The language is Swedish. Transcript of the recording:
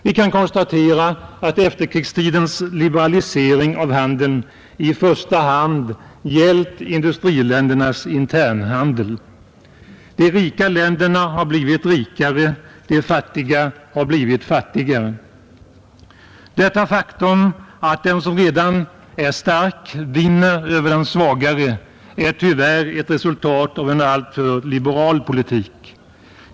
Vi kan konstatera att efterkrigstidens liberalisering av handeln i första hand gällt industriländernas internhandel. De rika länderna har blivit rikare, de fattiga har blivit fattigare. Detta faktum — att den som redan är stark vinner över den svagare — är tyvärr ett resultat av en alltför liberal politik.